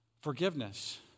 Forgiveness